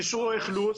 אישור אכלוס?